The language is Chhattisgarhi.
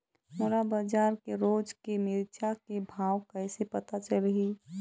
मोला बजार के रोज के मिरचा के भाव कइसे पता चलही?